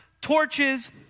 torches